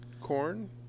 corn